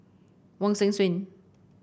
Wong Hong Suen